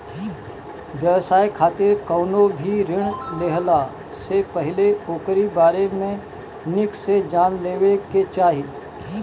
व्यवसाय खातिर कवनो भी ऋण लेहला से पहिले ओकरी बारे में निक से जान लेवे के चाही